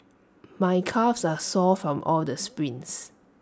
my calves are sore from all the sprints